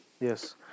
yes